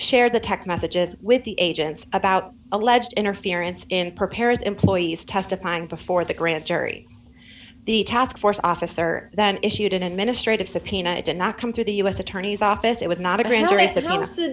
share the text messages with the agents about alleged interference in prepares employees testifying before the grand jury the task force officer then issued an administrative subpoena it did not come through the u s attorney's office it was not a